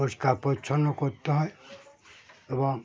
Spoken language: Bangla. পরিষ্কার পরিচ্ছন্ন করতে হয় এবং